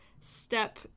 step